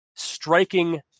striking